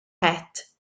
het